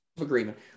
agreement